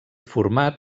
format